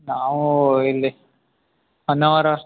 ನಾವು ಇಲ್ಲಿ ಹೊನ್ನಾವರ